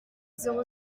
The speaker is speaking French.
zéro